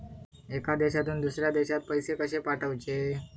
एका देशातून दुसऱ्या देशात पैसे कशे पाठवचे?